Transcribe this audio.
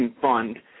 Fund